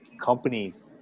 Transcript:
companies